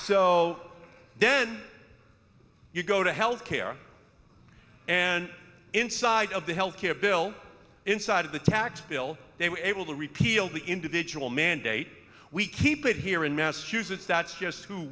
then you go to health care and inside of the health care bill inside of the tax bill they were able to repeal the individual mandate we keep it here in massachusetts that's just who